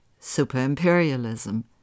Superimperialism